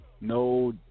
No